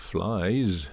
Flies